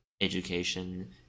education